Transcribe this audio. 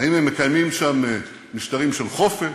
האם הם מקיימים שם משטרים של חופש,